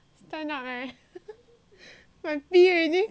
my pee already come out